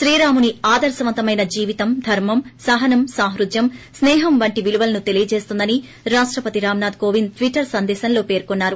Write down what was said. శ్రీరాముడి ఆదర్శవంతమైన జీవితం ధర్మం సహనం సాహృద్యం స్నీహం వంటి విలువలను తెలియజేస్తుందని రాష్టపతి రామ్ నాథ్ కోవింద్ ట్విటర్ సందేశంలో పర్కొన్నారు